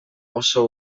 oso